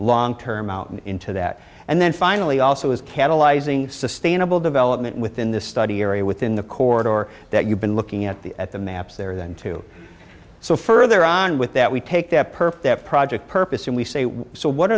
long term out into that and then finally also is catalyzing sustainable development within this study area within the corridor that you've been looking at the at the maps there then too so further on with that we take that perfect project purpose and we say so what